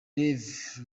rev